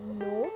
no